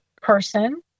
person